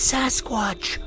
Sasquatch